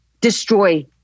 destroy